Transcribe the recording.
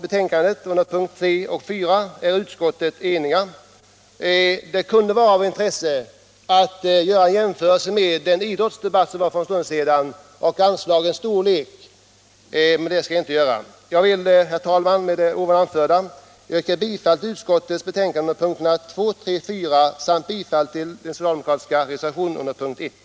Beträffande övriga delar av betänkandet, punkterna 3 och 4, är utskottet enigt. Det kunde beträffande anslagens storlek vara av intresse att jämföra med idrottsdebatten för en stund sedan, men det skall jag inte göra.